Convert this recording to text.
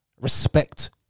Respect